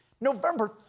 November